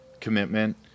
commitment